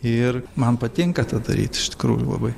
ir man patinka tą daryti iš tikrųjų labai